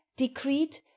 decreed